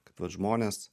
kad vat žmonės